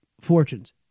fortunes